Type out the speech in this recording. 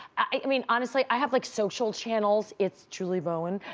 i mean honestly i have like social channels, its julie bowen,